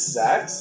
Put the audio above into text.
sex